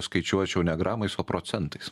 skaičiuočiau ne gramais o procentais